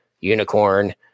Unicorn